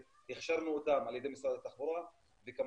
הכשרנו אותם על ידי משרד התחבורה וכמובן